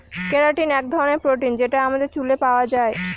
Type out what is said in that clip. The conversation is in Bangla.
কেরাটিন এক ধরনের প্রোটিন যেটা আমাদের চুলে পাওয়া যায়